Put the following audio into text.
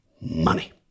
money